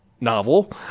novel